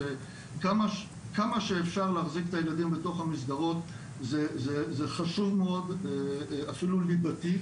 שכמה שאפשר להחזיק את הילדים בתוך המסגרות זה חשוב מאוד ואפילו ליבתי,